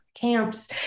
camps